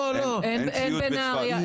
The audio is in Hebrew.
אין בנהריה אין בצפת.